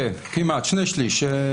כן, כמעט, שני שליש.